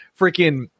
Freaking